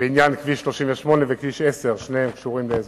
ובהן 1,316 פצועים ו-17 הרוגים.